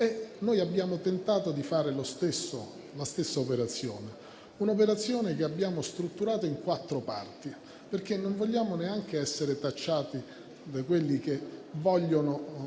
Noi abbiamo tentato di fare la stessa operazione, che abbiamo strutturato in quattro parti, perché non vogliamo neanche essere tacciati come quelli che vogliono